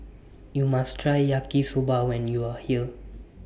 YOU must Try Yaki Soba when YOU Are here